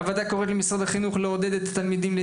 הוועדה קוראת למשרד החינוך לעודד את התלמידים,